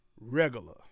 Regular